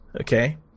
Okay